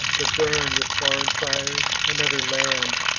to burn with foreign fires another land!